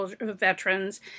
veterans